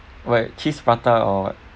what cheese prata or what